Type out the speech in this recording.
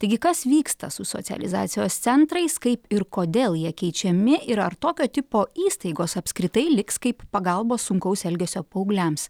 taigi kas vyksta su socializacijos centrais kaip ir kodėl jie keičiami ir ar tokio tipo įstaigos apskritai liks kaip pagalbos sunkaus elgesio paaugliams